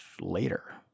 later